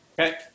Okay